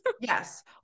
Yes